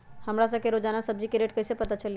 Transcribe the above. हमरा सब के रोजान सब्जी के रेट कईसे पता चली?